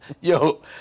Yo